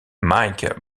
mike